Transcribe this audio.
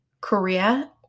Korea